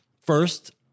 First